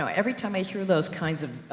so every time i hear those kinds of,